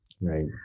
Right